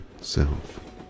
self